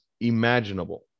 imaginable